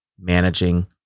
managing